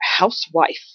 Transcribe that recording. Housewife